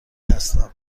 هستم